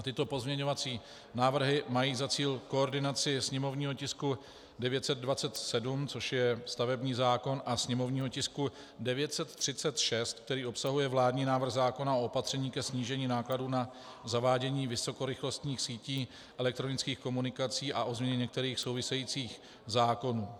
Tyto pozměňovací návrhy mají za cíl koordinaci sněmovního tisku 927, což je stavební zákon, a sněmovního tisku 936, který obsahuje vládní návrh zákona o opatření ke snížení nákladů na zavádění vysokorychlostních sítí elektronických komunikací a o změně některých souvisejících zákonů.